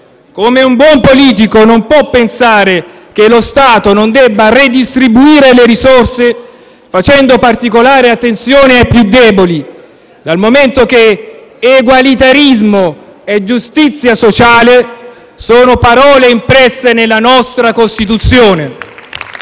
Come un buon politico non può pensare che lo Stato non debba ridistribuire le risorse facendo particolare attenzione ai più deboli, dal momento che egualitarismo e giustizia sociale sono parole impresse nella nostra Costituzione.